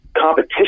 competition